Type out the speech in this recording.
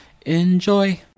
enjoy